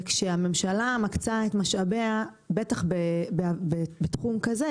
וכשהממשלה מקצה את משאביה בטח בתחום כזה,